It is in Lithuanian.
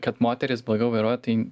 kad moterys blogiau vairuoja tai